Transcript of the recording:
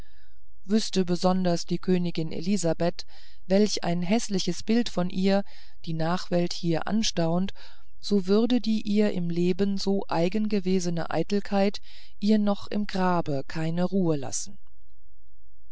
wüßte besonders die königin elisabeth welch ein häßliches bild von ihr die nachwelt hier anstaunt so würde die ihr im leben so eigen gewesene eitelkeit ihr noch im grabe keine ruhe lassen